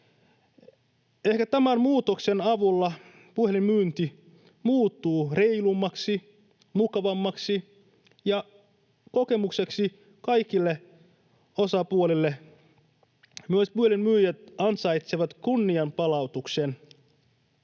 Ehkä tämän muutoksen avulla puhelinmyynti muuttuu reilummaksi, mukavammaksi kokemukseksi kaikille osapuolille. Myös puhelinmyyjät ansaitsevat kunnianpalautuksen.